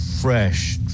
fresh